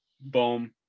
Boom